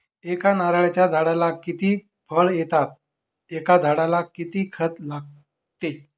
एका नारळाच्या झाडाला किती फळ येतात? एका झाडाला किती खत लागते?